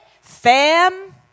fam